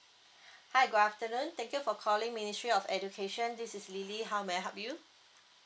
hi good afternoon thank you for calling ministry of education this is lily how may I help you